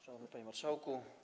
Szanowny Panie Marszałku!